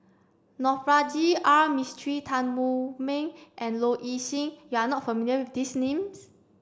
Navroji R Mistri Tan Wu Meng and Low Ing Sing you are not familiar with these names